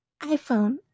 iPhone